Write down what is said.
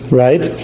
right